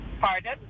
Pardon